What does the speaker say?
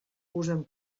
usen